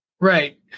Right